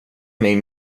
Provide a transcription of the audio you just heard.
mig